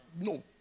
No